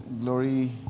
Glory